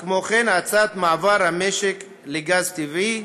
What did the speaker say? כמו כן, האצת מעבר המשק לגז טבעי,